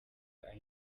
aho